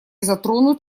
затронут